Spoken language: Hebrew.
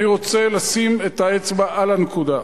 אני רוצה לשים את האצבע על הנקודה,